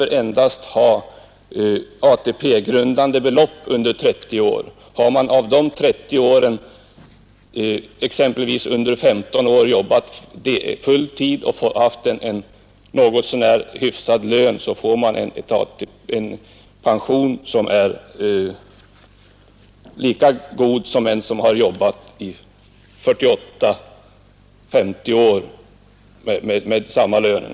Det räcker med att man har ATP-grundande belopp under 30 år. Om man under 15 av dessa 30 år arbetat full tid och under denna tid haft en någorlunda hyfsad lön, blir man berättigad till en lika god pension som den får som arbetat under 48—50 år med ungefär samma lön.